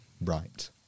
right